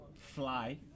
fly